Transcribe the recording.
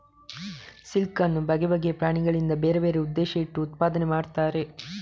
silk ಅನ್ನು ಬಗೆ ಬಗೆಯ ಪ್ರಾಣಿಗಳಿಂದ ಬೇರೆ ಬೇರೆ ಉದ್ದೇಶ ಇಟ್ಟು ಉತ್ಪಾದನೆ ಮಾಡ್ತಾರೆ